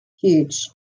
Huge